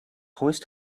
hoist